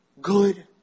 good